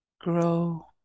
grow